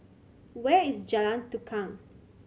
where is Jalan Tukang